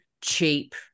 cheap